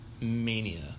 mania